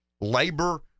labor